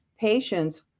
patients